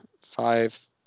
five